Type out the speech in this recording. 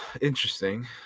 Interesting